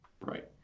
Right